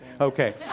Okay